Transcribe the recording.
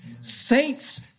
Saints